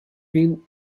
been